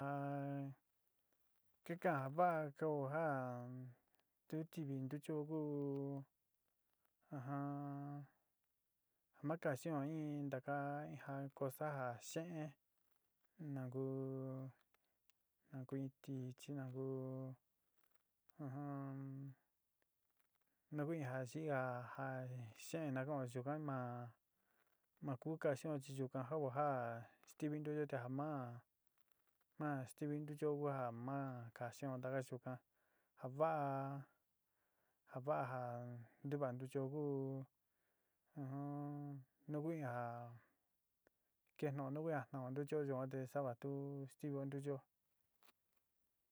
Ka ka'an va'a kao ja tu tivi ntuchio ku ma cancion in taka ja taka cosa ja xe'en nu ku na kuin tichi na ku nukuin ja yii ja xe'en nu kao yuka ma ma kú cancion chi yuka jao ja stivi ntuchio te ja ma ma stivi ntuchio ku ja ma cancion taka yuka javaa ja vaa ja ntuva ntuchio ku ntuku in ja ketjno ntuku a jno ntuchio yuan te sava tu stivio ntuchio.